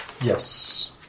Yes